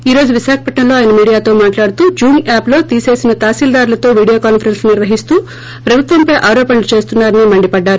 ఈ రోజు విశాఖపట్నంలో ఆయన మీడియాతో మాట్లాడుతూ జుమ్ యాప్లో తీసిసిన తహసీల్లార్లతో వీడియో కాన్సరెస్స్ లు నిర్వహిస్తూ ప్రభుత్వంపై ఆరోపణలు చేస్తున్నారని మండిపడ్డారు